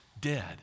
dead